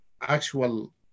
actual